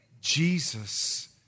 Jesus